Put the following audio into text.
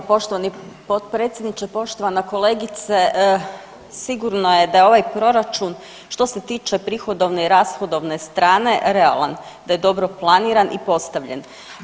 Hvala lijepo poštovani potpredsjedniče, poštovana kolegice, sigurno je da je ovaj proračun što se tiče prihodovne i rashodovne strane realan, da je dobro planiran i postavljen.